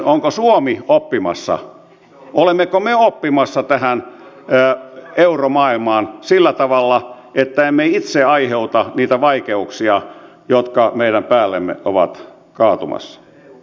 onko suomi oppimassa olemmeko me oppimassa tähän euromaailmaan sillä tavalla että emme itse aiheuta niitä vaikeuksia jotka meidän päällemme ovat kaatumassa